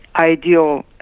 ideal